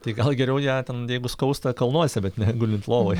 tai gal geriau ją ten jeigu skausta kalnuose bet ne gulint lovoj